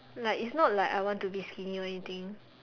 like it's not like I want to be skinny or anything